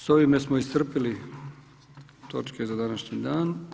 S ovime smo iscrpili točke za današnji dan.